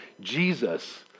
Jesus